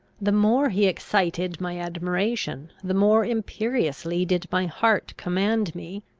the more he excited my admiration, the more imperiously did my heart command me,